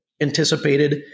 anticipated